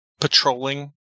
Patrolling